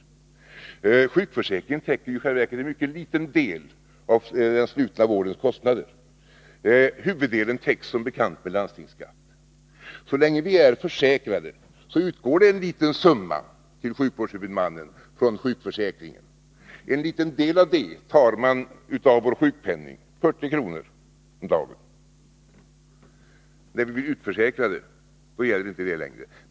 Sjukförsäkringen täcker i själva verket en mycket liten del av den slutna vårdens kostnader. Huvuddelen täcks som bekant med landstingsskatt. Så länge vi är försäkrade utgår en liten summa från sjukförsäkringen till sjukvårdshuvudmannen. En liten del av det tar man av vår sjukpenning — 40 kr. om dagen. När vi blir utförsäkrade gäller inte det längre.